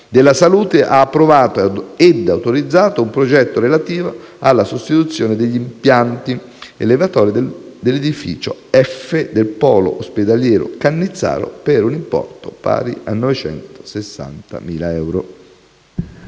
della salute ha approvato e autorizzato un progetto relativo alla sostituzione degli impianti elevatori dell'edificio "F" del polo ospedaliero Cannizzaro per un importo pari a circa 960.000 euro.